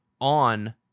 on